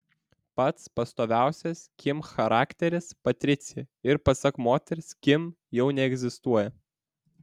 pats pastoviausias kim charakteris patricija ir pasak moters kim jau neegzistuoja